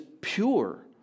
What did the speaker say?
pure